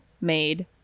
made